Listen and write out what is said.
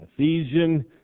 Ephesians